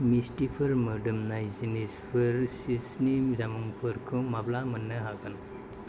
मिस्टिफोर मोदोमनाय जिनिसफोर चीजनि जामुंफोरखौ माब्ला मोन्नो हागोन